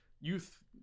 youth